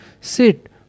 sit